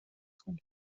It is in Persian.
کنین